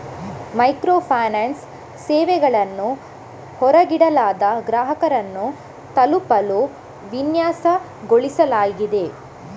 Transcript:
micro finance ಸೇವೆಗಳನ್ನು ಹೊರಗಿಡಲಾದ ಗ್ರಾಹಕರನ್ನು ತಲುಪಲು ವಿನ್ಯಾಸಗೊಳಿಸಲಾಗಿದೆ